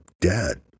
dead